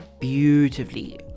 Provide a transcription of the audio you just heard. beautifully